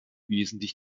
wesentlich